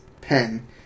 pen